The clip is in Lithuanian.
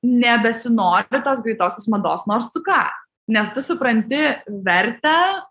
nebesinori tos greitosios mados nors tu ką nes tu supranti vertę